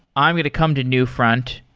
i'm going to come to newfront.